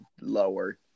lower